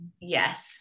yes